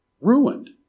Ruined